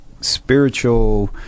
spiritual